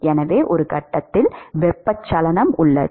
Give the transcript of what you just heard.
எனவே ஒரு கட்டத்தில் வெப்பச்சலனம் உள்ளது